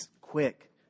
quick